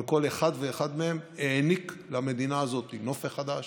אבל כל אחד ואחד מהם העניק למדינה הזאת נופך חדש,